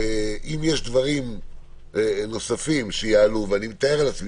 אם יש דברים נוספים שיעלו ואני מתאר לעצמי